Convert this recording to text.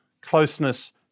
closeness